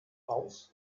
aus